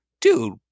dude